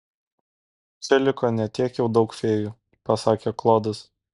čia liko ne tiek jau daug fėjų pasakė klodas